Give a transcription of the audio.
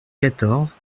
quatorze